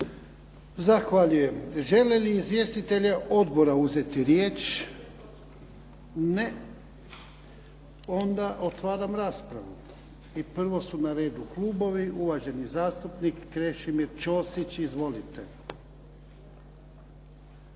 Zahvaljujem. Žele li izvjestitelji odbora uzeti riječ? Ne. Onda otvaram raspravu i prvo su na redu klubovi. Uvaženi zastupnik Krešimir Ćosić. Izvolite.